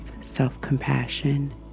self-compassion